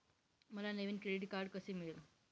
मला नवीन credit card कसे मिळेल?